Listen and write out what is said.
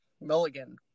Milligan